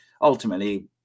ultimately